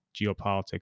geopolitics